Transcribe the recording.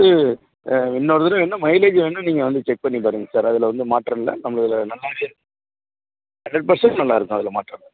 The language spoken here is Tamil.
இது இன்னொரு தடவை என்ன மைலேஜ் வேண்ணா நீங்கள் வந்து செக் பண்ணி பாருங்கள் சார் அதில் வந்து மாற்றம் இல்லை நம்மளதில் ஹண்ரெட் பெர்சண்ட் நல்லா இருக்கும் அதில் மாற்றம் இல்லை